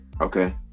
okay